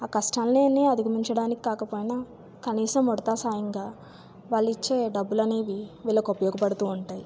ఆ కష్టాన్ని అధిగమించడానికి కాకపోయిన కనీసం ఉడుత సాయంగా వాళ్ళు ఇచ్చే డబ్బులు అనేవి వీళ్ళకు ఉపయోగపడుతు ఉంటాయి